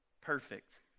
perfect